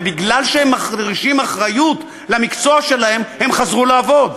ובגלל שהם מרגישים אחריות למקצוע שלהם הם חזרו לעבוד.